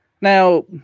Now